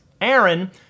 Aaron